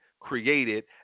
created